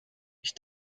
ich